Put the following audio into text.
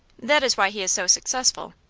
that is why he is so successful.